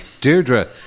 Deirdre